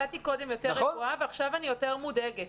הייתי קודם יותר רגועה ועכשיו אני יותר מודאגת.